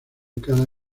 cada